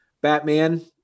Batman